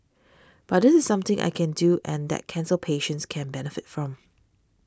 but this is something I can do and that cancer patients can benefit from